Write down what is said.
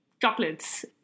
Chocolates